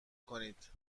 کنید